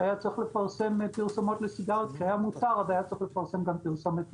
כשהיה מותר לפרסם פרסומות לסיגריות ואז היה צריך לפרסם גם פרסומת נגד,